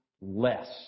less